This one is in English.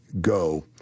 go